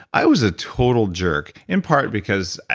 i was a total jerk. in part because,